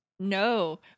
No